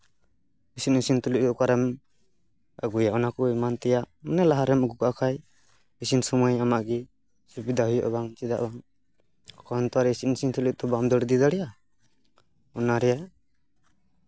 ᱤᱥᱤᱱ ᱤᱥᱤᱱ ᱛᱩᱞᱩᱪ ᱚᱠᱟᱨᱮᱢ ᱟᱹᱜᱩᱭᱟ ᱚᱱᱟ ᱠᱚ ᱮᱢᱟᱱ ᱛᱮᱭᱟᱜ ᱤᱱᱟᱹ ᱞᱟᱦᱟ ᱨᱮᱢ ᱟᱹᱜᱩ ᱠᱟᱜ ᱠᱷᱟᱡ ᱤᱥᱤᱱ ᱥᱚᱢᱚᱭ ᱟᱢᱟᱜ ᱜᱮ ᱥᱩᱵᱤᱫᱷᱟ ᱦᱩᱭᱩᱜᱼᱟ ᱪᱮᱫᱟᱜ ᱵᱟᱝ ᱛᱚᱠᱷᱚᱱ ᱛᱚ ᱤᱥᱤᱱ ᱤᱥᱤᱱ ᱛᱩᱞᱩᱪ ᱛᱚ ᱵᱟᱢ ᱫᱟᱹᱲ ᱤᱫᱤ ᱫᱟᱲᱮᱭᱟᱜᱼᱟ ᱚᱱᱟᱨᱮ